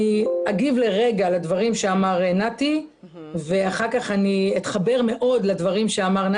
אני אגיב לרגע לדברים שאמר נתי ואחר כך אני אתחבר מאוד לדברים שהוא אמר.